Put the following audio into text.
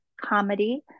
Comedy